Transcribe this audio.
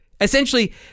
Essentially